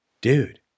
Dude